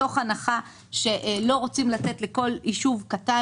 מתוך הנחה שלא רוצים לתת לכל ישוב קטן